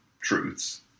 truths